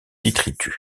détritus